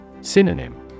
Synonym